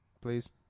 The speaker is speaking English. Please